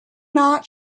not